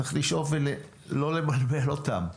צריך לשאוף ולא לבלבל אותם.